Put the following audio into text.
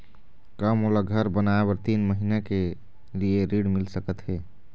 का मोला घर बनाए बर तीन महीना के लिए ऋण मिल सकत हे?